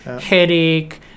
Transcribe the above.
headache